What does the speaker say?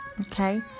okay